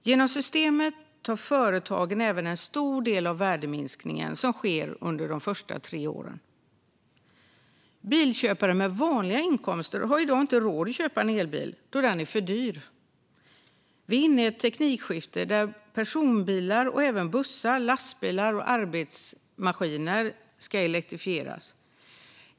Genom systemet tar företagen även en stor del av värdeminskningen som sker under de första tre åren. Bilköpare med vanliga inkomster har i dag inte råd att köpa en elbil då den är för dyr. Vi är inne i ett teknikskifte där personbilar och även bussar, lastbilar och arbetsmaskiner elektrifieras.